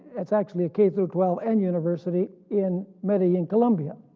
it's actually a k so twelve and university in medellin columbia.